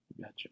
Gotcha